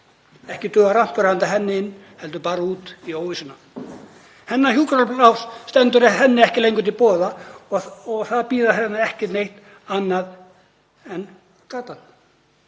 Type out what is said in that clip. Ekki dugar rampur handa henni inn, heldur bara út í óvissuna. Hjúkrunarpláss stendur henni ekki lengur til boða og það bíður hennar ekki neitt annað en gatan.